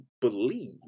believe